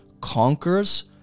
conquers